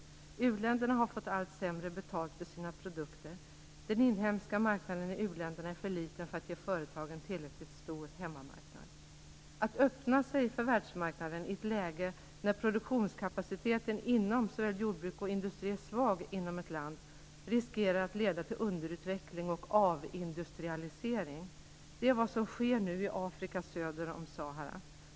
U-länderna har fått allt sämre betalt för sina produkter. Den inhemska marknaden i u-länderna är för liten för att ge företagen tillräckligt stor hemmamarknad. Att öppna sig för världsmarknaden i ett läge när produktionskapaciteten inom såväl jordbruk som industri är svag inom ett land riskerar att leda till underutveckling och avindustrialisering. Det är vad som nu sker i Afrika söder om Sahara.